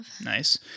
nice